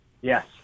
Yes